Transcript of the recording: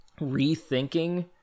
rethinking